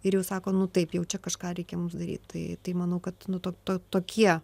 ir jau sako nu taip jaučia kažką reikia mums daryt tai tai manau kad nu to tokie